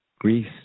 Greece